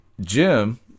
Jim